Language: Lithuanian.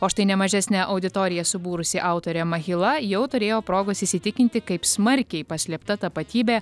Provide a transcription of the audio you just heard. o štai ne mažesnę auditoriją subūrusi autorė mahila jau turėjo progos įsitikinti kaip smarkiai paslėpta tapatybė